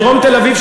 בדרום תל-אביב,